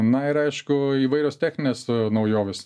na ir aišku įvairios techninės naujovės